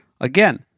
again